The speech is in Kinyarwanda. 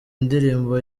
ndirimbo